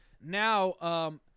now